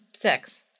six